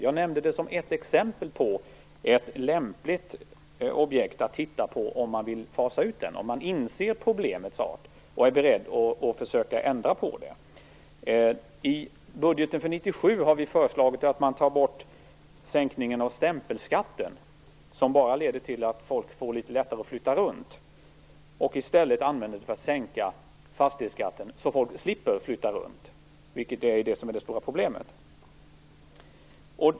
Jag nämnde det som ett exempel på ett lämpligt objekt att titta på om man vill fasa ut fastighetsskatten, om man inser problemets art och är beredd att försöka ändra det. I budgeten för 1997 har Miljöpartiet föreslagit att man tar bort sänkningen av stämpelskatten, som bara leder till att folk får litet lättare att flytta runt och i stället sänker fastighetsskatten så att folk slipper flytta runt, vilket ju är det stora problemet.